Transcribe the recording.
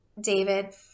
David